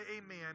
amen